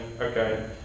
okay